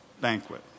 banquet